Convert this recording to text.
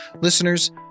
Listeners